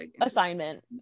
assignment